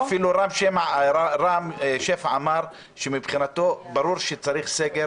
אפילו רם שפע אמר שמבחינתו ברור שצריך סגר